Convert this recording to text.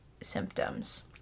symptoms